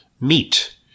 meat